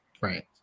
right